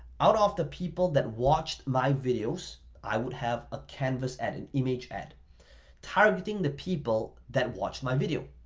out of the people that watched my videos, i would have a canvas ad, an image ad targeting the people that watch my video.